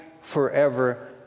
forever